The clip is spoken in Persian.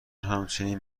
همچنین